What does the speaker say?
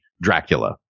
Dracula